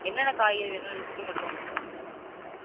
என்னென்ன காய்கறி வேணுமுன்னு லிஸ்ட்டு மட்டும் கொடுத்துடுங்க மேடம்